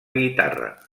guitarra